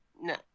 No